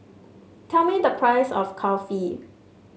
tell me the price of Kulfi